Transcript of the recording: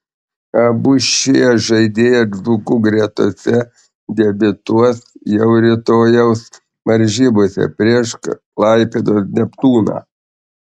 abu šie žaidėjai dzūkų gretose debiutuos jau rytojaus varžybose prieš klaipėdos neptūną